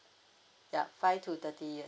ya five to thirty years